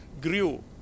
grew